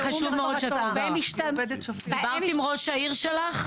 זה חשוב מאוד, דיברת עם ראש העיר שלך?